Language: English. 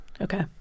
Okay